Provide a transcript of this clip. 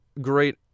great